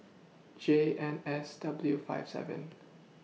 J N S W five seven